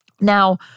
Now